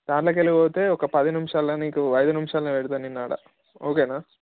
దాంట్లోకెళ్ళి పోతే ఒక పది నిమిషాల్లో నీకు ఐదు నిమిషాల్లో పెడతా నిన్ను ఆడ ఓకేనా